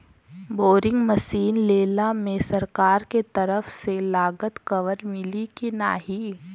Boring machine लेला मे सरकार के तरफ से लागत कवर मिली की नाही?